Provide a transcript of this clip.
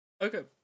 Okay